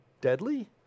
deadly